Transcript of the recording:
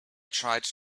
tried